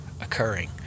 occurring